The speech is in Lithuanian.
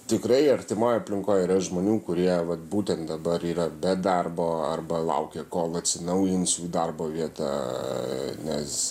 tikrai artimoj aplinkoj yra žmonių kurie vat būtent dabar yra be darbo arba laukia kol atsinaujins jų darbo vieta nes